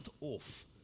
off